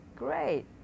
great